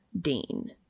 Dean